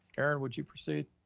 erin, would you proceed?